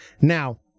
Now